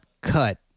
cut